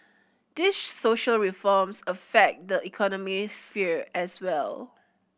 these social reforms affect the economy sphere as well